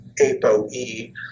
APOE